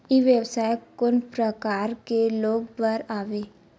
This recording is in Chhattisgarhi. ई व्यवसाय कोन प्रकार के लोग बर आवे?